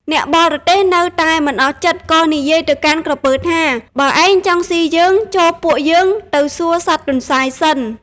អ្នកបរទេះនៅតែមិនអស់ចិត្ត ក៏និយាយទៅកាន់ក្រពើថា "បើឯងចង់សុីយើង ចូលពួកយើងទៅសួរសត្វទន្សាយសិន"